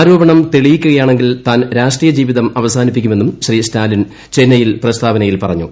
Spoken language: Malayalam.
ആരോപണം തെളിയിക്കുകയാണെങ്കിൽ താൻ രാഷ്ട്രീയ ജീവിതം അവസാനിപ്പിക്കുമെന്നും ശ്രീ സ്റ്റാലിൻ ചെന്നൈയിൽ പ്രസ്താവനയിൽ പറഞ്ഞു